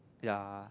ya